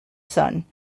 son